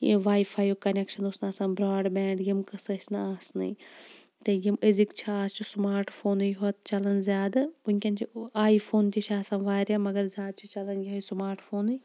یہِ واے فایُک کَنیٚکشَن اوس نہٕ آسان برٛاڈ بینٛڈ یِم قٕصہِ ٲسۍ نہٕ آسنٕے تہٕ یِم أزِکۍ چھِ اَز چھ سماٹ فونٕے یوت چَلان زیادٕ وُِنکیٚن چھ آے فون تہِ چھِ آسان واریاہ مَگَر زیاد چھ چَلان یُہے سماٹ فونٕے